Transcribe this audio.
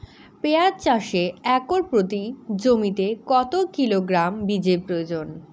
পেঁয়াজ চাষে একর প্রতি জমিতে কত কিলোগ্রাম বীজের প্রয়োজন?